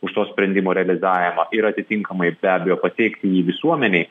už to sprendimo realizavimą ir atitinkamai be abejo pateikti jį visuomenei